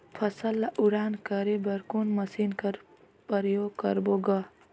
फसल ल उड़ान करे बर कोन मशीन कर प्रयोग करबो ग?